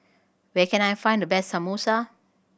where can I find the best Samosa